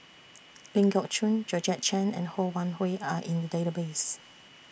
Ling Geok Choon Georgette Chen and Ho Wan Hui Are in The Database